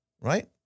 right